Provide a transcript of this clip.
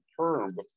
term